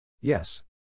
Yes